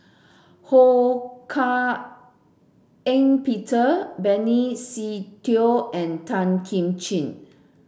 Ho Hak Ean Peter Benny Se Teo and Tan Kim Ching